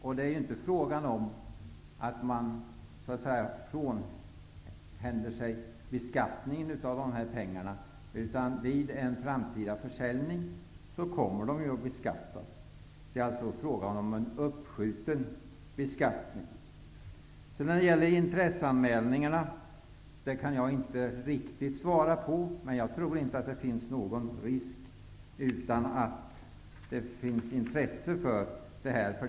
Det är inte fråga om att frånhända sig skatt på dessa pengar. Vid en framtida försäljning kommer ju pengarna att beskattas. Det är alltså fråga om en uppskjuten beskattning. När det gäller intresseanmälningarna tror jag inte -- utan att riktigt kunna svara -- att det finns någon risk.